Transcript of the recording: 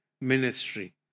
ministry